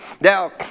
Now